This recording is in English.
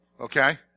okay